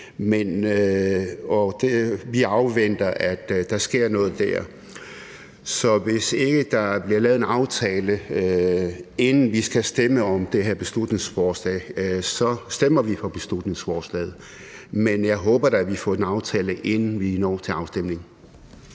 vi afventer, at der sker noget der. Så hvis ikke der bliver lavet en aftale, inden vi skal stemme om det her beslutningsforslag, så stemmer vi for beslutningsforslaget. Men jeg håber da, at vi får en aftale, inden vi når til afstemningen.